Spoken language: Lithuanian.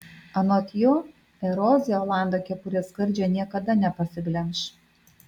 anot jo erozija olando kepurės skardžio niekada nepasiglemš